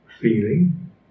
Feeling